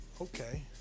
okay